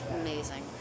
amazing